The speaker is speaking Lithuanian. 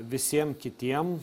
visiem kitiem